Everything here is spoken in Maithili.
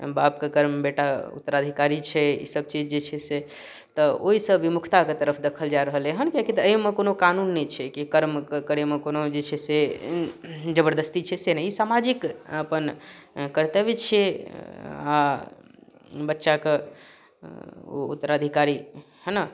बापके कर्म बेटा उत्तराधिकारी छै ई सबचीज जे छै से तऽ ओइसँ विमुखताके तरफ देखल जाय रहलैहन किएक कि तऽ अइमे कोनो कानून नहि छै कि कर्म करैमे कोनो जे छै से जबरदस्ती छै से नहि ई सामाजिक अपन कर्तव्य छियै आओर बच्चाके उत्तराधिकारी है ने